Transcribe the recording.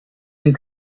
den